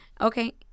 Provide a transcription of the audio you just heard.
okay